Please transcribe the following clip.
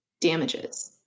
damages